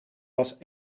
was